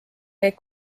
neid